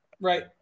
Right